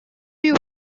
you